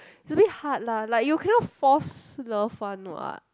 it's a bit hard lah like you cannot force love one what